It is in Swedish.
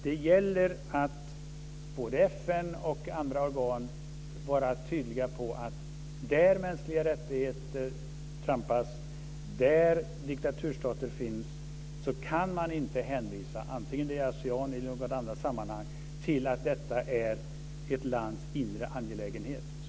Det gäller att både FN och andra organ är tydliga. Där mänskliga rättigheter trampas på och där diktaturstater finns så kan man inte - vare sig det gäller Asean eller i något annat sammanhang - hänvisa till att det är ett lands inre angelägenhet.